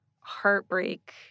heartbreak